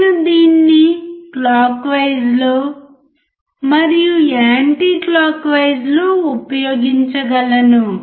నేను దీన్ని క్లాక్ వైస్లో మరియు యాంటీ క్లాక్ వైజ్లో ఉపయోగించగలను